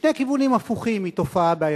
משני כיוונים הפוכים היא תופעה בעייתית.